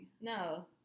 No